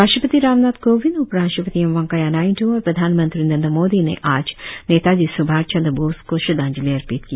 राष्ट्रपति रामनाथ कोविंद उपराष्ट्रपति एमवेंकैया नायडू और प्रधानमंत्री नरेन्द्र मोदी ने आज नेताजी स्भाष चंद्र बोस को श्रद्वांजलि अर्पित की